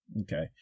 Okay